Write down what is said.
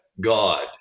God